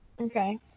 okay